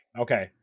Okay